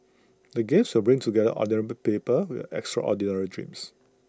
the games will bring together ordinary the people with extraordinary dreams